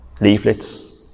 leaflets